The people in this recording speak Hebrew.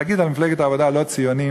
להגיד על מפלגת העבודה "לא ציונים",